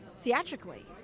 theatrically